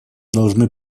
должны